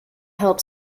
help